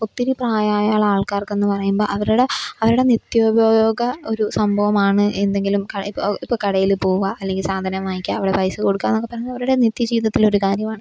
ഒത്തിരി പ്രായമായ ആള്ക്കാര്ക്കെന്ന് പറയുമ്പം അവരുടെ അവരുടെ നിത്യോപയോഗ ഒരു സംഭവമാണ് എന്തെങ്കിലും കടയിൽ ഇപ്പം ഓ ഇപ്പം കടയിൽ പോവുക അല്ലെങ്കിൽ സാധനം വാങ്ങിക്കുക അവിടെ പൈസ കൊടുക്കാമെന്നൊക്കെ പറഞ്ഞാൽ അവരുടെ നിത്യജീവിതത്തിലെ ഒരു കാര്യമാണ്